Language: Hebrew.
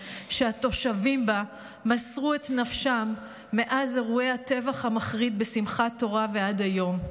שהתושבים בהם מסרו את נפשם מאז אירועי הטבח המחריד בשמחת תורה ועד היום.